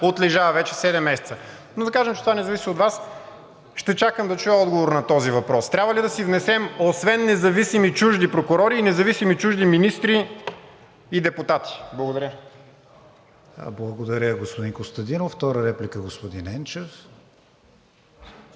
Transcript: отлежава вече седем месеца, но да кажем, че това не зависи от Вас. Ще чакам да чуя отговор на този въпрос: трябва ли да си внесем освен независими чужди прокурори и независими чужди министри и депутати? Благодаря. ПРЕДСЕДАТЕЛ КРИСТИАН ВИГЕНИН: Благодаря, господин Костадинов. Втора реплика, господин Енчев.